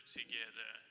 together